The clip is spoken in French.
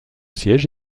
siège